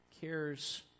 cares